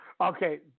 okay